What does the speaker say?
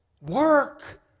work